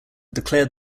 declared